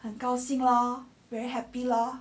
很高兴咯 very happy loh